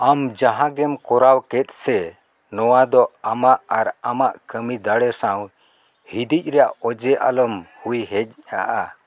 ᱟᱢ ᱡᱟᱦᱟᱸᱜᱮᱢ ᱠᱚᱨᱟᱣ ᱠᱮᱫᱥᱮ ᱱᱚᱣᱟᱫᱚ ᱟᱢᱟᱜ ᱟᱨ ᱟᱢᱟᱜ ᱠᱟᱹᱢᱤ ᱫᱟᱲᱮ ᱥᱟᱶ ᱦᱤᱫᱤᱡ ᱨᱮᱱᱟᱜ ᱚᱡᱮ ᱟᱞᱚᱢ ᱦᱩᱭ ᱦᱚᱪᱚᱣᱟᱜᱼᱟ